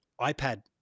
iPad